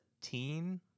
teen